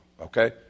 okay